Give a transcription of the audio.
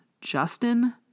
Justin